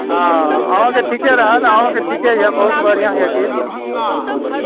हँ अहूँके ठीके रहल अहूँके ठीके यए बहुत बढ़िआँ यए गीत ह्म्म